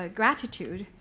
gratitude